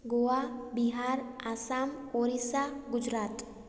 Goa Bihar Assam Odisha Gujarat